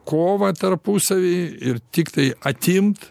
kovą tarpusavy ir tiktai atimt